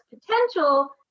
potential